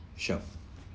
sure